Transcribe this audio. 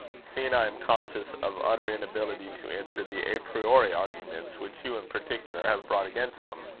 seeing i am conscious of utter inability to answer the a priori arguments which you in particular have brought against them.